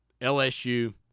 LSU